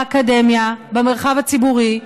באקדמיה, במרחב הציבורי.